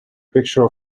picture